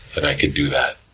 and i could do that.